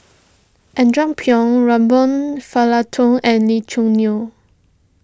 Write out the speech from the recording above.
Andrew Phang Robert Fullerton and Lee Choo Neo